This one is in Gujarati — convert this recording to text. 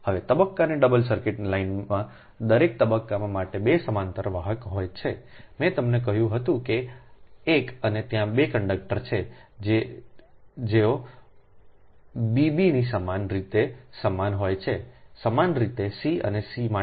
હવે 3 તબક્કાના ડબલ સર્કિટ લાઇનમાં દરેક તબક્કા માટે 2 સમાંતર વાહક હોય છે મેં તમને કહ્યું હતું કે એક અને ત્યાં 2 કંડક્ટર છે જે તેઓ બીબીમાં સમાન રીતે સમાન હોય છે સમાન રીતે સી અને સી માટે